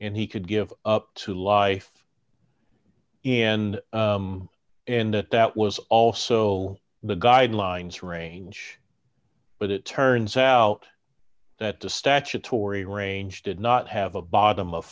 and he could give up to life and and that was also the guidelines range but it turns out that the statutory range did not have a bottom of